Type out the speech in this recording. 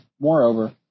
Moreover